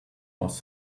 was